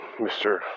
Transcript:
Mr